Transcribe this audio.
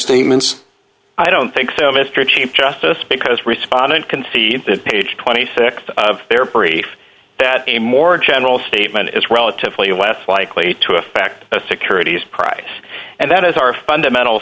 statements i don't think so mr chief justice because respondent concedes that page twenty six of their pre that a more general statement is relatively well likely to affect a securities prize and that is our fundamental